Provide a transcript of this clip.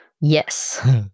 Yes